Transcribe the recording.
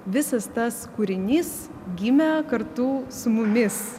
visas tas kūrinys gimė kartu su mumis